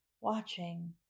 watching